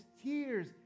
tears